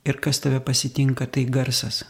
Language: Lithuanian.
ir kas tave pasitinka tai garsas